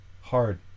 Hard